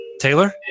Taylor